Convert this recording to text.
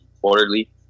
quarterly